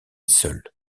seul